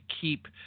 keep